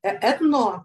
e etnos